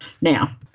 Now